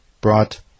brought